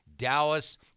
Dallas